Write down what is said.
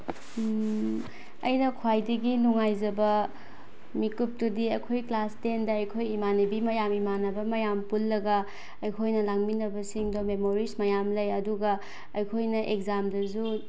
ꯑꯩꯅ ꯈ꯭ꯋꯥꯏꯗꯒꯤ ꯅꯨꯡꯉꯥꯏꯖꯕ ꯃꯤꯀꯨꯞꯇꯨꯗꯤ ꯑꯩꯈꯣꯏ ꯀ꯭ꯂꯥꯁ ꯇꯦꯟꯗ ꯑꯩꯈꯣꯏ ꯏꯃꯥꯟꯅꯕꯤ ꯃꯌꯥꯝ ꯏꯃꯥꯟꯅꯕ ꯃꯌꯥꯝ ꯄꯨꯜꯂꯒ ꯑꯩꯈꯣꯏꯅ ꯂꯥꯡꯃꯤꯟꯅꯕꯁꯤꯡꯗꯣ ꯃꯦꯃꯣꯔꯤꯁ ꯃꯌꯥꯝ ꯂꯩ ꯑꯗꯨꯒ ꯑꯩꯈꯣꯏꯅ ꯑꯦꯛꯖꯥꯝꯗꯁꯨ